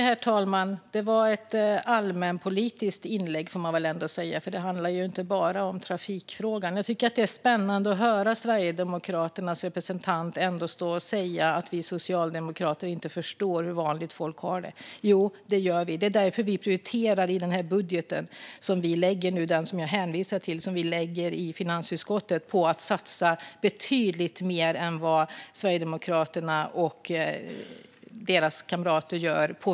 Herr talman! Det var ett allmänpolitiskt inlägg, får man väl ändå säga. Det handlade inte bara om trafikfrågan. Det är spännande att höra Sverigedemokraternas representant stå och säga att vi socialdemokrater inte förstår hur vanligt folk har det. Jo, det gör vi. Det är därför vi i den budget som jag hänvisar till och som vi läger fram i finansutskottet prioriterar att satsa på välfärden betydligt mer än vad Sverigedemokraterna och deras kamrater gör.